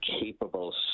capable